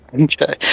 Okay